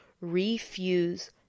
refuse